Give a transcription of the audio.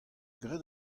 graet